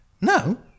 no